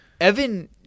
Evan